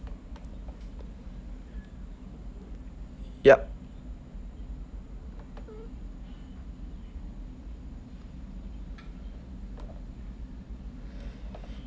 yup